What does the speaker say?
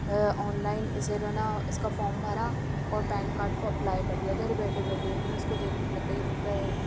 on line اسے جو ہے نہ اس کا فارم بھرا اور پین کارڈ کو اپلائی کر دیا گھر بیٹھے بیٹھے میں اس کو دیکھنے لگ گئی کے